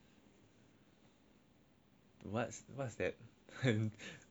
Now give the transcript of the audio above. what what's that I actually have no idea what you're talking about